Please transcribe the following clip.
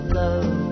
love